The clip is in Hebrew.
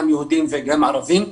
גם יהודים וגם ערבים,